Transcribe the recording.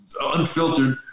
unfiltered